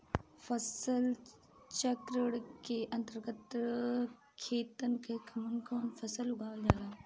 फसल चक्रण के अंतर्गत खेतन में कवन कवन फसल उगावल जाला?